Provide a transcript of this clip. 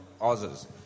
others